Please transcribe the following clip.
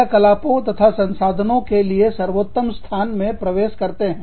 क्रियाकलापों तथा संसाधनों के लिए सर्वोत्तम स्थानों में प्रवेश करते हैं